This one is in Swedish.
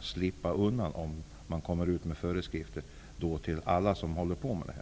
slippa undan om man kommer med föreskrifter till alla som håller på med detta.